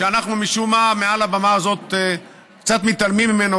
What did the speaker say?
שאנחנו משום מה מעל הבמה הזאת קצת מתעלמים ממנו,